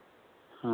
हँ